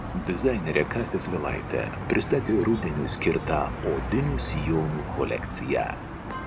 dizainerė kastė svilaitė pristatė rudeniui skirtą odinių sijonų kolekciją